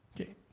Okay